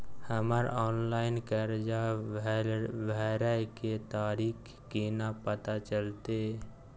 हमर ऑनलाइन कर्जा भरै के तारीख केना पता चलते?